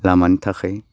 लामानि थाखाय